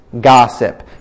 gossip